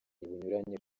bunyuranye